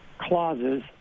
clauses